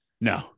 No